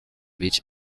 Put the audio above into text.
which